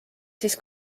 siis